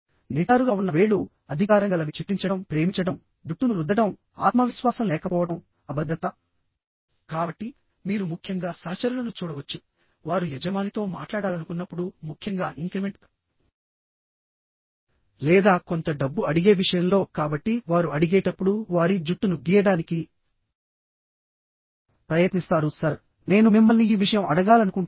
నిటారుగా ఉన్న వేళ్లుఅధికారంగలవి చిట్లించడం ప్రేమించడంజుట్టును రుద్దడం ఆత్మవిశ్వాసం లేకపోవడం అభద్రత కాబట్టిమీరు ముఖ్యంగా సహచరులను చూడవచ్చువారు యజమానితో మాట్లాడాలనుకున్నప్పుడుముఖ్యంగా ఇంక్రిమెంట్ లేదా కొంత డబ్బు అడిగే విషయంలో కాబట్టి వారు అడిగేటప్పుడు వారి జుట్టును గీయడానికి ప్రయత్నిస్తారు సర్నేను మిమ్మల్ని ఈ విషయం అడగాలనుకుంటున్నాను